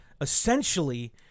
Essentially